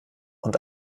und